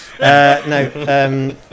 No